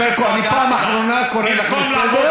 ענת ברקו, אני פעם אחרונה קורא אותך לסדר.